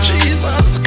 Jesus